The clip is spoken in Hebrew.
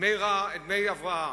דמי הבראה,